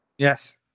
Yes